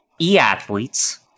e-athletes